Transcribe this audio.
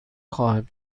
خواهد